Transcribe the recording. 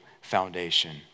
foundation